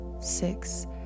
six